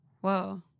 Whoa